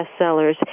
bestsellers